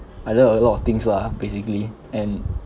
I deal with a lot of things lah basically and